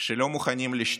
שלא מוכנים לשתוק,